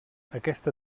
aquesta